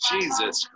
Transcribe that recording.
Jesus